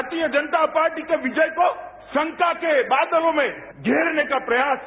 भारतीय जनता पार्टी की विजय को शंका के बादलों में घेरने का प्रयास है